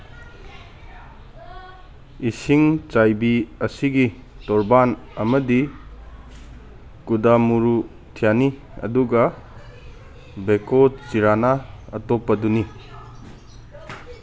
ꯏꯁꯤꯡ ꯆꯥꯏꯕꯤ ꯑꯁꯤꯒꯤ ꯇꯣꯔꯕꯥꯟ ꯑꯃꯗꯤ ꯀꯨꯗꯥꯃꯨꯔꯨꯊ꯭ꯌꯥꯅꯤ ꯑꯗꯨꯒ ꯚꯦꯀꯣꯆꯤꯔꯥꯅ ꯑꯇꯣꯞꯄꯗꯨꯅꯤ